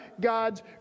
God's